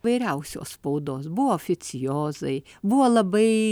įvairiausios spaudos buvo oficiozai buvo labai